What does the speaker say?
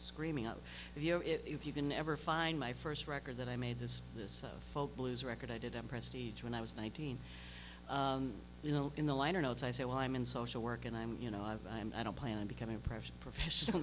screaming out of you know if you can ever find my first record that i made this this so folk blues record i did end prestige when i was nineteen you know in the liner notes i say well i'm in social work and i'm you know i've i'm i don't plan on becoming press professional